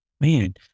Man